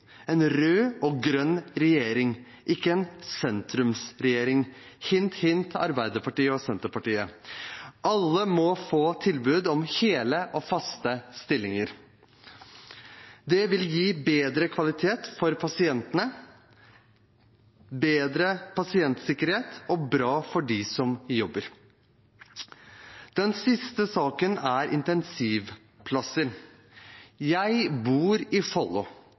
en rød og grønn regjering, ikke en sentrumsregjering – hint hint, Arbeiderpartiet og Senterpartiet. Alle må få tilbud om hele og faste stillinger. Det vil gi bedre kvalitet for pasientene og bedre pasientsikkerhet, og det er bra for dem som jobber. Den siste saken er intensivplasser. Jeg bor i Follo,